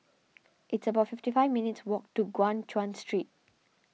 it's about fifty five minutes' walk to Guan Chuan Street